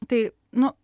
tai nu